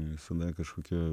visada kažkokia